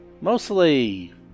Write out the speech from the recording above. mostly